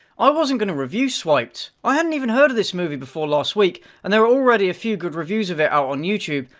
i wasn't going to review swiped. i hadn't even heard of this movie before last week and they were already a few good reviews of it out on youtube,